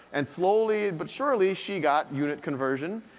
and slowly but surely, she got unit conversion.